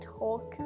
talk